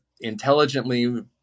intelligently